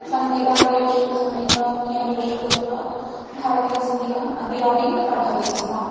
सङ्गीतालयेषु सङ्गीतकेन्द्रेषु गत्वा भारतीयसङ्गीतम् अद्यापि पठन्ति स्म